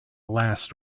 last